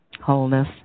wholeness